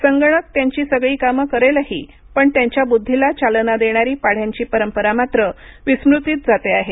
संगणक त्यांची सगळी कामं करेलही पण त्यांच्या ब्द्धिला चालना देणारी पाढ्यांची परंपरा मात्र विस्मृतीत जाते आहे